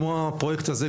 כמו הפרויקט הזה.